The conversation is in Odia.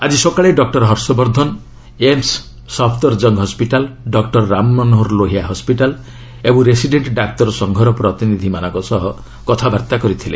ଆଜି ସକାଳେ doctor Harshvardhan AIIMS Safdarjung hospital doctor Rammanohar Lohia hospital ଓ ରେସିଡେଣ୍ଟ ଡାକ୍ତର ସଂଘର ପ୍ରତିନିଧିମାନଙ୍କ ସହ କଥାବାର୍ତ୍ତା କରିଥିଲେ